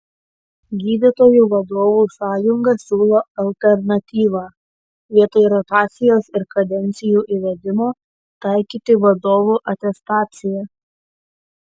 gydytojų vadovų sąjunga siūlo alternatyvą vietoj rotacijos ir kadencijų įvedimo taikyti vadovų atestaciją